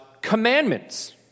commandments